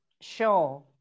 sure